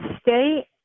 state